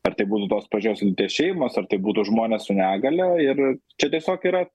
ar tai būtų tos pačios lyties šeimos ar tai būtų žmonės su negalia ir čia tiesiog yra